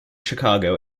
chicago